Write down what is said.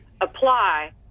apply